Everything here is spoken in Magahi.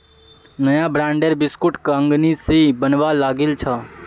नया ब्रांडेर बिस्कुट कंगनी स बनवा लागिल छ